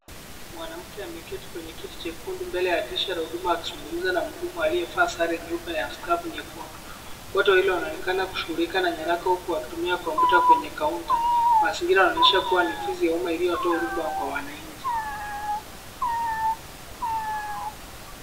Mwanamke ameketi kwenye kiti chekundu mbele ya dirisha la huduma akizungumza na mhudumu aliyevaa sare nyeupe na skafu nyekundu. Wote wawili wanaonekana kushughulika na nyaraka huku wakitumia kompyuta kwenye kaunta. Mazingira yanaonyesha kuwa ni ofisi ya umma iliyotoa huduma kwa wananchi.